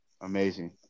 amazing